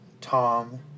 Tom